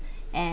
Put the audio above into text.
and